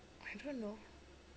I don't know